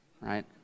right